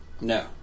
No